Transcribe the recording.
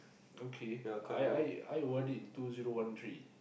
okay I I I O_R_D in two zero one three